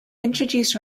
introduced